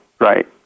right